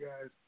guys